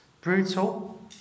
Brutal